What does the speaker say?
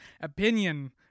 opinion